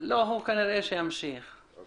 על כל